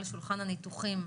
על שולחן הניתוחים,